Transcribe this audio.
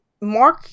mark